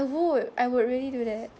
I would I would really do that